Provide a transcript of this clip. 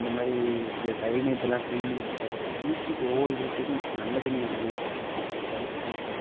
இந்த மாதிரி இந்த ட்ரைனேஜ் எல்லாம் க்ளீன் பண்ணி கொடுத்தாரு வீட்டுக்கு ஒவ்வொரு வீட்டுக்கும் நல்ல தண்ணி வசதியை போட்டு கொடுத்தாரு பைப்பு போட்டு